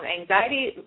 anxiety